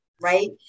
right